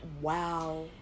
Wow